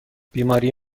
بیماری